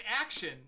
action